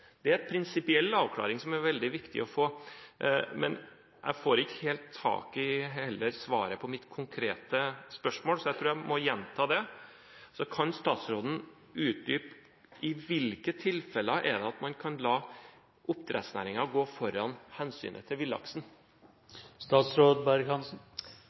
Det er en prinsipiell avklaring som er veldig viktig å få. Men jeg får ikke helt tak i svaret på mitt konkrete spørsmål, så jeg tror jeg må gjenta det: Kan statsråden utdype i hvilke tilfeller man kan la oppdrettsnæringen gå foran hensynet til villaksen?